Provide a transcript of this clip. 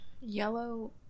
Yellow